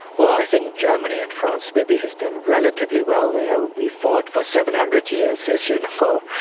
well, i think germany and france maybe has done relatively well there. we fought for seven hundred years as you know,